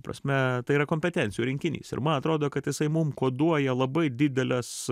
prasme tai yra kompetencijų rinkinys ir man atrodo kad jisai mum koduoja labai dideles